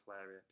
area